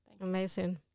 amazing